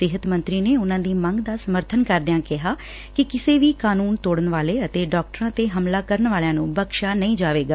ਸਿਹਤ ਮੰਤਰੀ ਨੇ ਉਨਾਂ ਦੀ ਮੰਗ ਦਾ ਸਮਰਬਨ ਕਰਦਿਆਂ ਕਿਹਾ ਕਿ ਂਕਿਸੇ ਵੀ ਕਾਨੰਨ ਤੋੜਨ ਵਾਲੇ ਅਤੇ ਡਾਕਟਰਾ ਤੇ ਹਮਲਾ ਕਰਨ ਵਾਲਿਆ ਨੂੰ ਬਖ਼ਸਿਆ ਨਹੀ ਜਾਵੇਗਾ